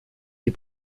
die